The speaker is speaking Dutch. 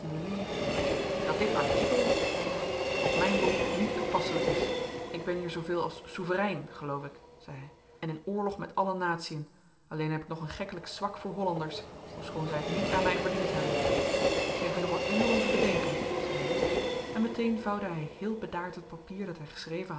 dat dit artikel zeide hij op mijn beroep niet toepasselijk is ik ben hier zooveel als souverein geloof ik zei hij en in oorlog met alle natiën alleen heb ik nog een gekkelijk zwak voor hollanders ofschoon zij het niet aan mij verdiend hebben ik geef u nog een uur om te bedenken zei hij en meteen vouwde hij heel bedaard het papier dat hij geschreven